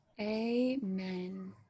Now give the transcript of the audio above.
Amen